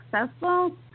successful